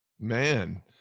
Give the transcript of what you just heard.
Man